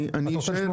אתה רוצה לשמוע?